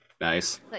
Nice